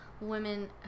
women